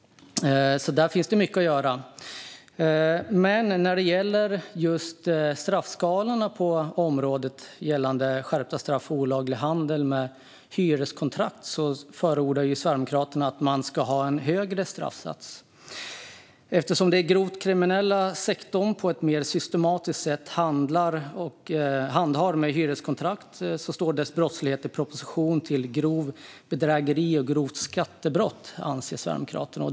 Där finns det mycket att göra. När det gäller straffskalorna för skärpta straff för olaglig handel med hyreskontrakt förordar Sverigedemokraterna att man ska ha en högre straffsats. Den grovt kriminella sektorn handhar på ett mer systematiskt sätt hyreskontrakten. Den brottsligheten är i proportion till grovt bedrägeri och grovt skattebrott, anser Sverigedemokraterna.